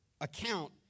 account